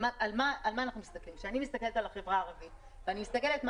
כשאני מסתכלת על החברה הערבית ואני מסתכלת מה